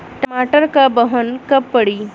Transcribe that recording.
टमाटर क बहन कब पड़ी?